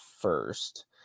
first